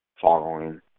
following